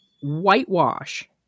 whitewash